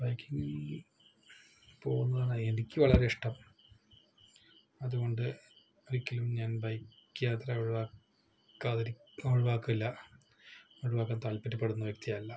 ബൈക്കീ പോകുന്നതാണ് എനിക്ക് വളരെ ഇഷ്ടം അതുകൊണ്ട് ഒരിക്കലും ഞാന് ബൈക്ക് യാത്ര ഒഴിവാക്കാതിരി ഒഴിവാക്കില്ല ഒഴിവാക്കാന് താത്പര്യപ്പെടുന്ന വ്യക്തിയല്ല